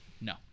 No